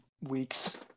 weeks